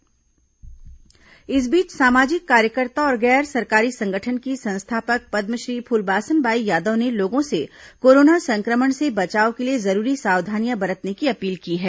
corona जागरूकता इस बीच सामाजिक कार्यकर्ता और गैर सरकारी संगठन की संस्थापक पद्मश्री फूलबासन बाई यादव ने लोगों से कोरोना संक्रमण से बचाव के लिए जरूरी सावधानियां बरतने की अपील की है